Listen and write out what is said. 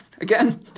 again